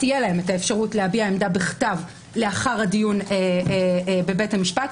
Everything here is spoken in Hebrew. תהיה להם האפשרות להביע עמדה בכתב לאחר הדיון בבית המשפט,